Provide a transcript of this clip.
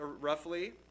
roughly